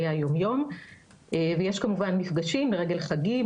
היומיום ויש כמובן מפגשים לרגל חגים,